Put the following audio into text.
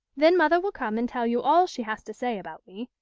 then mother will come and tell you all she has to say about me.